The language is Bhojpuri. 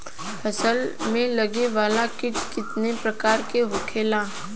फसल में लगे वाला कीट कितने प्रकार के होखेला?